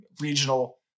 regional